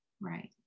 Right